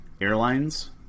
airlines